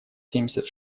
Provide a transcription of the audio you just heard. семьдесят